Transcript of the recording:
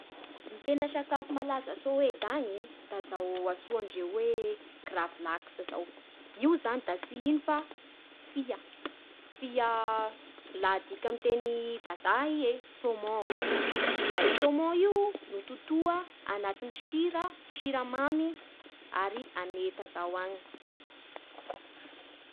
Ny tena sakafo malaza a Soeda agny e da izao antsoandreo hoe gravlaksa izao. Io zany da tsy ino fa fia. Fia laha adika amin'ny teny vazaha ie saumon. Da i saumon io no totoa agnatin'ny sira, siramamy, ary aneta izao agny.